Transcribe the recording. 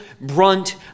brunt